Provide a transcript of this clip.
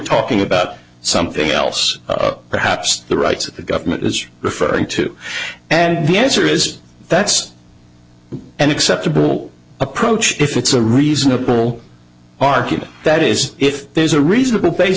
talking about something else perhaps the rights that the government is referring to and the answer is that's an acceptable approach if it's a reasonable argument that is if there's a reasonable